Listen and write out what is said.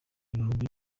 ibihumbi